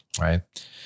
right